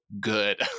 good